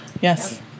yes